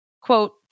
Quote